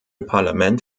parlament